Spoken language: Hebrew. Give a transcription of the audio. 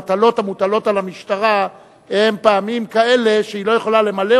המטלות המוטלות על המשטרה הן פעמים כאלה שהיא לא יכולה למלא